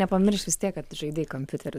nepamiršk vis tiek kad žaidei kompiuteriu